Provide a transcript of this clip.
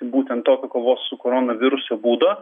būtent tokio kovos su koronavirusu būdo